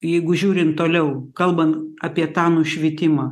jeigu žiūrint toliau kalbant apie tą nušvitimą